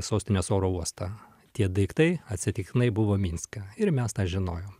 sostinės oro uostą tie daiktai atsitiktinai buvo minske ir mes tą žinojom